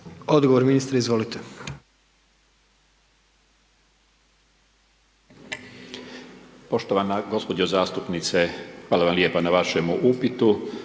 Odgovor, ministre, izvolite.